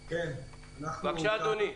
אדוני.